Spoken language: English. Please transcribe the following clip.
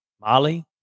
Molly